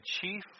chief